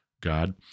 God